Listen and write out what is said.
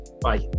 Bye